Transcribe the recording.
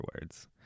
words